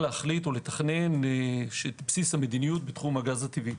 להחליט או לתכנן את בסיס המדיניות בתחום הגז הטבעי.